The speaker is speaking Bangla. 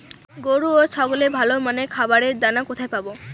গরু ও ছাগলের ভালো মানের খাবারের দানা কোথায় পাবো?